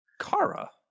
Kara